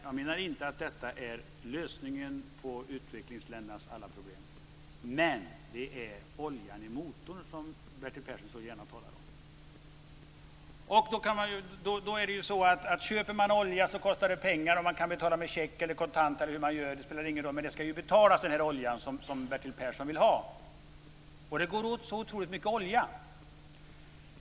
Jag menar inte att biståndet är lösningen på utvecklingsländernas alla problem, men det är den olja i motorn som Bertil Persson så gärna talar om. Köper man olja kostar det pengar. Man kan betala med check, kontant eller hur man nu gör - det spelar ingen roll. Men den olja som Bertil Persson vill ha ska betalas! Och det går åt otroligt mycket olja.